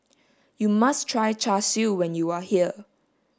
you must try char siu when you are here